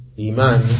Iman